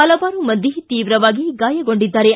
ಹಲವಾರು ಮಂದಿ ತೀವ್ರವಾಗಿ ಗಾಯಗೊಂಡಿದ್ದಾರೆ